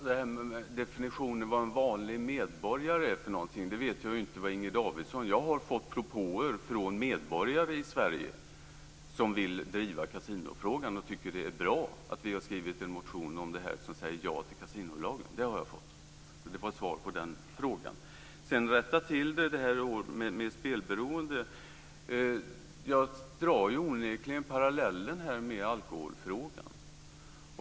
Fru talman! Jag vet inte vad Inger Davidson gör för definition av vad en vanlig medborgare är. Jag har fått propåer från medborgare i Sverige som vill driva kasinofrågan och som tycker att det är bra att vi har skrivit en motion där vi föreslår ett ja till kasinolagen. När det gäller spelberoende drar jag onekligen parallellen med alkoholfrågan.